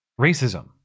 racism